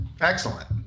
Excellent